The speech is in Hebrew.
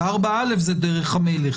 ו4א זה דרך המלך.